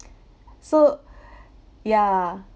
so yeah